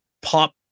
pop